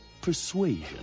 persuasion